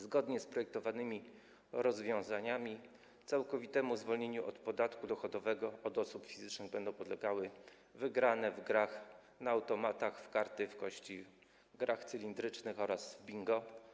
Zgodnie z projektowanymi rozwiązaniami całkowitemu zwolnieniu od podatku dochodowego od osób fizycznych będą podlegały wygrane w grach na automatach, w karty, w kości, grach cylindrycznych oraz w bingo.